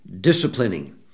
disciplining